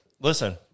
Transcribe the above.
listen